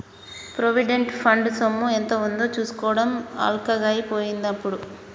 provident fund సొమ్ము ఎంత ఉందో చూసుకోవడం అల్కగై పోయిందిప్పుడు